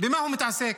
במה הוא מתעסק?